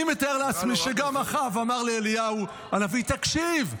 אני מתאר לעצמי שגם אחאב אמר לאליהו הנביא: תקשיב,